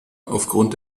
aufgrund